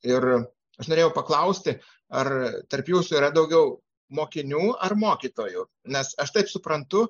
ir aš norėjau paklausti ar tarp jūsų yra daugiau mokinių ar mokytojų nes aš taip suprantu